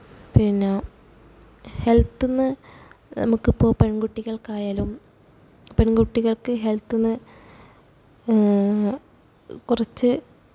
പിന്നെ ഹെല്ത്ത് നിന്ന് നമുക്കിപ്പോൾ പെണ്കുട്ടികള്ക്കായാലും പെണ്കുട്ടികള്ക്ക് ഹെല്ത്ത് നിന്ന് കുറച്ച്